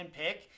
pick